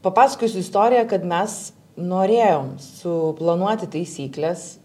papasakosiu istoriją kad mes norėjom suplanuoti taisykles